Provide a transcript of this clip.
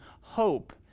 hope